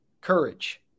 courage